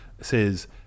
says